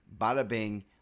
bada-bing